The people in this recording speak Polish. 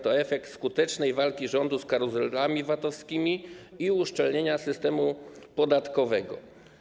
To efekt skutecznej walki rządu z karuzelami VAT-owskimi i uszczelnienia systemu podatkowego.